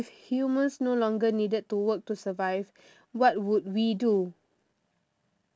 if humans no longer needed to work to survive what would we do